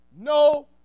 no